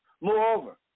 Moreover